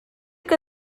que